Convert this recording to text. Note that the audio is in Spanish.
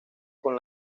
con